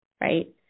Right